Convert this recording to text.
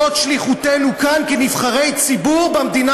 זאת שליחותנו כאן כנבחרי ציבור במדינה